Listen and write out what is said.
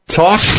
talk